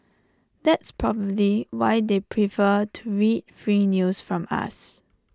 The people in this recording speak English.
that's probably why they prefer to read free news from us